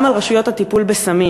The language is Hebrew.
גם על רשויות הטיפול בסמים?